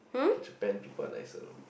Japan people are nicer